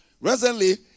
Recently